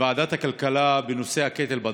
בוועדת הכלכלה בנושא הקטל בדרכים.